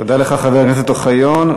תודה לך, חבר הכנסת אוחיון.